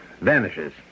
vanishes